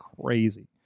crazy